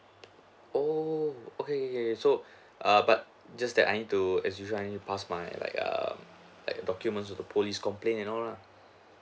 oo okay K K K K so err but just that I need to as usual I need to pass my like err like document also police complaint and all lah